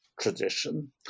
tradition